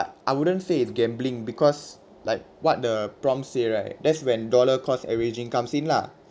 I wouldn't say it's gambling because like what the prompts say right that's when dollar cost averaging comes in lah